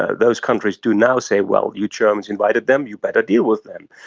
ah those countries do now say, well, you germans invited them, you better deal with them.